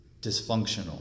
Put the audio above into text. dysfunctional